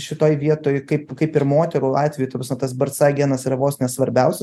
šitoj vietoj kaip kaip ir moterų atveju ta prasme tas barca genas yra vos ne svarbiausias